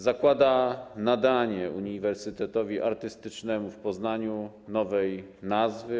Zakłada nadanie Uniwersytetowi Artystycznemu w Poznaniu nowej nazwy.